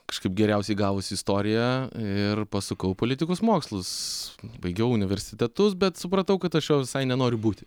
kažkaip geriausiai gavosi istorija ir pasukau politikos mokslus baigiau universitetus bet supratau kad aš juo visai nenoriu būti